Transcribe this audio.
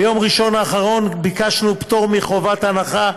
ביום ראשון האחרון ביקשנו פטור מחובת הנחה,